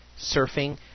surfing